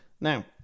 Now